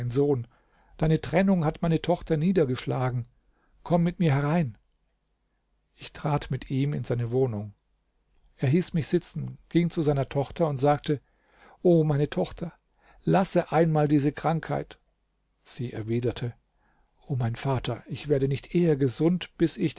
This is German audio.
sohn deine trennung hat meine tochter niedergeschlagen komm mit mir herein ich trat mit ihm in seine wohnung er hieß mich sitzen ging zu seiner tochter und sagte o meine tochter lasse einmal diese krankheit sie erwiderte o mein vater ich werde nicht eher gesund bis